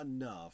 enough